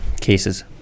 Cases